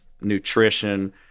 nutrition